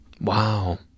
Wow